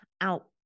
out